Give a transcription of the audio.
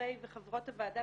לחברי וחברות הוועדה,